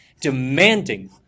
demanding